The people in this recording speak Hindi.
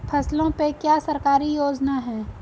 फसलों पे क्या सरकारी योजना है?